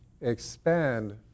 expand